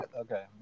Okay